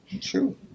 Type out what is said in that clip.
True